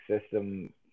system